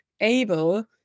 able